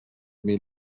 mil